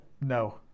No